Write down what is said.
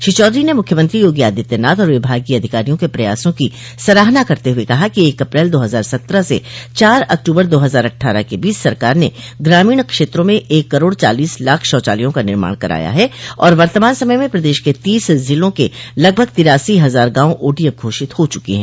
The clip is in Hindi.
श्री चौधरी ने मुख्यमंत्री योगी आदित्यनाथ और विभागीय अधिकारियों के प्रयासों की सराहना करते हुए कहा कि एक अप्रैल दो हजार सत्रह से चार अक्टूबर दो हजार अट्ठारह के बीच सरकार ने ग्रामीण क्षेत्रों में एक करोड़ चालीस लाख शौचालयों का निर्माण कराया है और वर्तमान समय में प्रदेश के तीस जिलों के लगभग तिरासी हजार गांव ओडीएफ घोषित हो चुके हैं